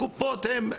הקופות הן,